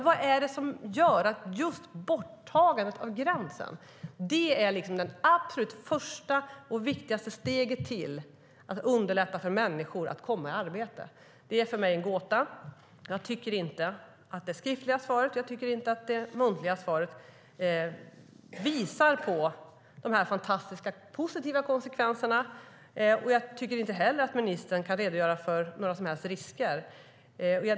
Vad är det som gör att just borttagandet av gränsen är det absolut första och viktigaste steget till att underlätta för människor att komma i arbete? Det är för mig en gåta. Jag tycker inte att ministerns skriftliga svar eller hennes muntliga svar på min interpellation har visat på de fantastiskt positiva konsekvenserna, och jag tycker inte heller att ministern kan redogöra för några som helst risker.